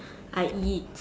I eat